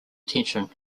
tension